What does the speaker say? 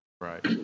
Right